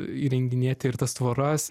įrenginėti ir tas tvoras